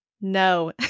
No